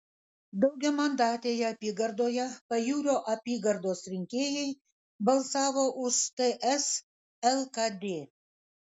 daugiamandatėje apygardoje pajūrio apygardos rinkėjai balsavo už ts lkd